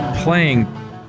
playing